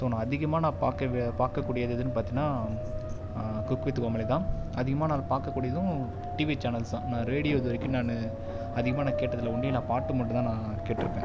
so நான் அதிகமாக நான் பார்க்க வே பார்க்கக் கூடியது எதுன்னு பார்த்தீங்கன்னா குக் வித் கோமாளி தான் அதிகமாக நான் பார்க்கக் கூடியதும் டிவி சேனல்ஸ் தான் நான் ரேடியோ இதுவரைக்கும் நான் அதிகமாக நான் கேட்டதில்லை ஒன்லி நான் பாட்டு மட்டுந்தான் நான் கேட்டுருக்கேன்